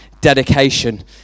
dedication